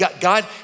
God